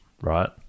right